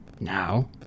Now